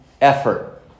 effort